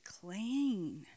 clean